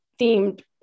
themed